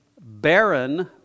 barren